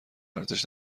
ارزش